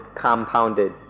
compounded